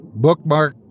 bookmarked